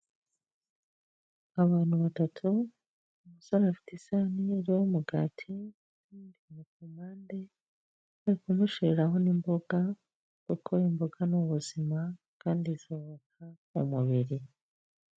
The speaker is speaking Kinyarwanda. Abantu batatu, umusore afite isahani iriho umugati, n'utundi tuntu kumpande, bari kumushiriraho n'imboga kuko imboga ni ubuzima kandi zubaka umubiri.